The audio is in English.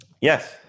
Yes